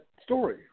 story